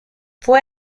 fue